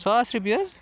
ساس رۄپیہِ حٕظ